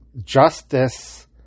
justice